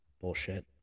Bullshit